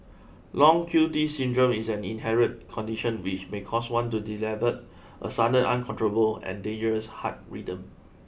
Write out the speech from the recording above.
long Q T syndrome is an inherited condition which may cause one to develop a sudden uncontrollable and dangerous heart rhythm